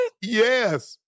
Yes